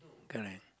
correct